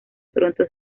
pronto